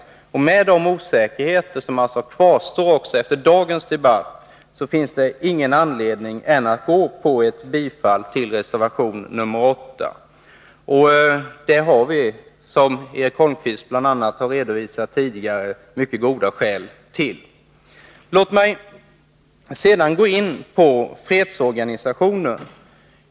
Med hänsyn till de osäkerheter som kvarstår också efter dagens debatt finns det all anledning att bifalla reservation nr 8. Det har vi, som bl.a. Eric Holmqvist har redovisat tidigare, mycket goda skäl till. Låt mig sedan gå in på fredsorganisationen.